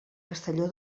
castelló